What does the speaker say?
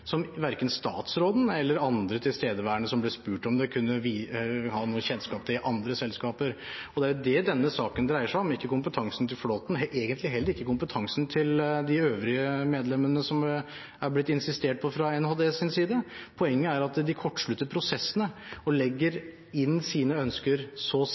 andre selskaper. Det er det denne saken dreier seg om, ikke kompetansen til Flåthen, og egentlig heller ikke kompetansen til de øvrige medlemmene, som NHD har insistert på. Poenget er at de kortslutter prosessene og legger inn sine ønsker så